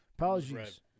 Apologies